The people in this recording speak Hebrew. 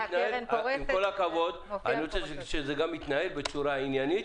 אני רוצה שזה יתנהל בצורה עניינית.